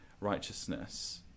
righteousness